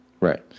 right